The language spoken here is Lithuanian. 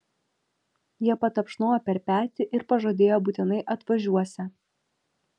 jie patapšnojo per petį ir pažadėjo būtinai atvažiuosią